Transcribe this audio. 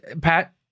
Pat